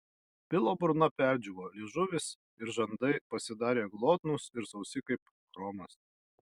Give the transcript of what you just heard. bilo burna perdžiūvo liežuvis ir žandai pasidarė glotnūs ir sausi kaip chromas